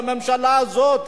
בממשלה הזאת,